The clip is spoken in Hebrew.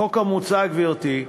החוק המוצע, גברתי,